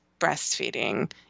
breastfeeding